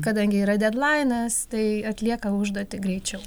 kadangi yra dedlainas tai atlieka užduotį greičiau